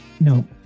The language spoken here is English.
No